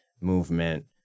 movement